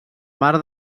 mar